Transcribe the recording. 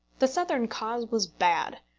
the southern cause was bad.